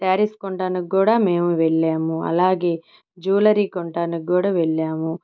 శారీస్ కొనడానికి కూడా మేము వెళ్ళాము అలాగే జ్యువెలరీ కొనడానికి కూడా వెళ్ళాము